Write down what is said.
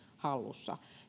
hallussa